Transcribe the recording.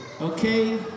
okay